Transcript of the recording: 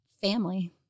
family